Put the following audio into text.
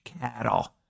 Cattle